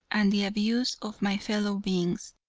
and the abuse of my fellow beings.